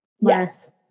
Yes